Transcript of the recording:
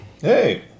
Hey